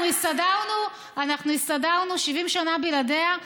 אנחנו הסתדרנו 70 שנה בלעדיה.